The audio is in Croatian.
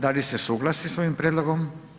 Da li ste suglasni s ovim prijedlogom?